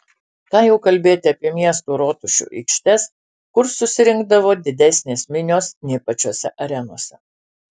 ką jau kalbėti apie miestų rotušių aikštes kur susirinkdavo didesnės minios nei pačiose arenose